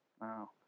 Wow